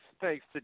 thanks